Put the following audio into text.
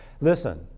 listen